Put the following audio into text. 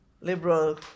liberal